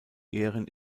ehren